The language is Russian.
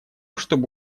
чтобы